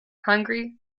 hungary